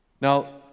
Now